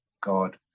God